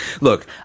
look